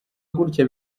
gutya